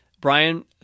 Brian